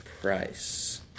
Price